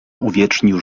uwiecznił